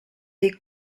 des